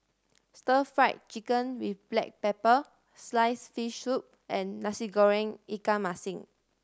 Stir Fried Chicken with black pepper sliced fish soup and Nasi Goreng ikan masin